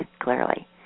clearly